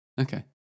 Okay